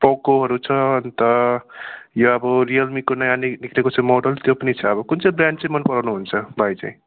टाउकोहरू छ अन्त यो अब रियलमीको नयाँ नि निक्लेको छ मोडल त्यो पनि छ अब कुन चाहिँ ब्रान्ड चाहिँ मन पराउनु हुन्छ भाइ चाहिँ